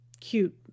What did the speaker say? cute